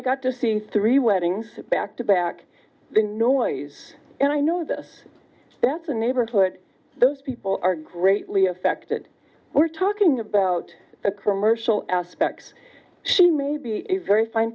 i got to see three weddings back to back the noise and i know this that's a neighborhood those people are greatly affected we're talking about the commercial aspects she may be a very fine